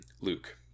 luke